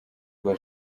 rwa